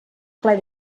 ple